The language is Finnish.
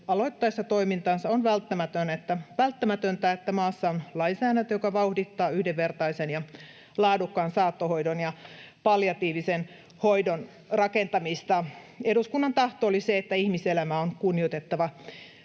aloittaessa toimintansa on välttämätöntä, että maassa on lainsäädäntö, joka vauhdittaa yhdenvertaisen ja laadukkaan saattohoidon ja palliatiivisen hoidon rakentamista. Eduskunnan tahto oli se, että ihmiselämää on kunnioitettava